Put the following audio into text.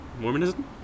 Mormonism